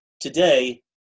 today